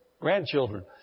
grandchildren